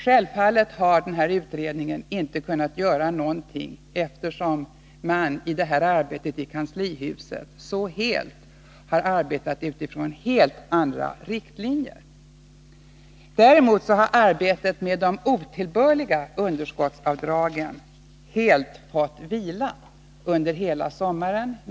Självfallet har den här utredningen inte kunnat göra någonting efter skatteuppgörelsen, eftersom man sedan dess har arbetat utifrån helt andra riktlinjer i kanslihuset. Arbetet med de otillbörliga underskottsavdragen har därför nödgats vila under hela sommaren.